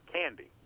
candy